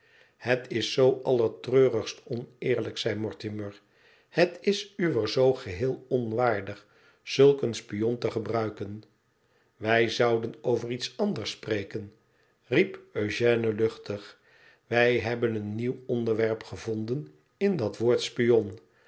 het is zoo allertreurigst oneerlijk zei mortimer hetisuwerzoo geheel onwaardig zulk een spion te gebruiken f wij zouden over iets anders spreken riep eugène luchtig iwij hebben een nieuw onderwerp gevonden in dat woord spion